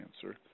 cancer